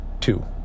two